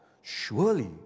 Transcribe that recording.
Surely